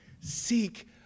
Seek